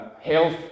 health